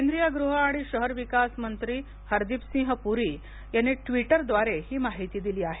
केंद्रीय गृह आणि शहर विकास मंत्री हरदीप सिंह पुरी यांनी ट्वीटर द्वारे हि माहिती दिली आहे